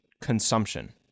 consumption